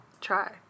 Try